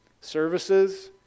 services